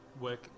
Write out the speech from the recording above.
work